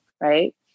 Right